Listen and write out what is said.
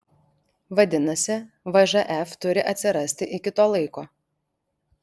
vadinasi vžf turi atsirasti iki to laiko